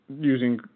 using